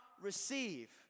receive